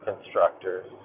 constructors